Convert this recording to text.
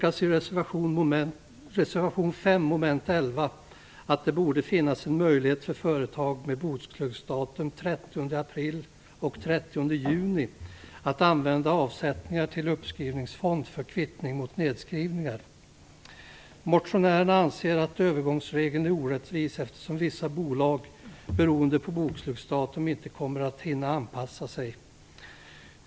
att det borde finnas en möjlighet för företag med bokslutsdatum den 30 april och den 30 juni att använda avsättningar till uppskrivningsfond för kvittning mot nedskrivningar. Motionärerna anser att övergångsregeln är orättvis, eftersom vissa bolag beroende på bokslutsdatum inte kommer att hinna anpassa sig.